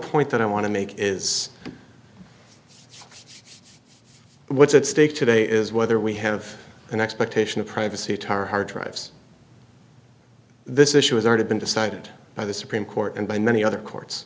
point that i want to make is what's at stake today is whether we have an expectation of privacy tar hard drives this issue has already been decided by the supreme court and by many other courts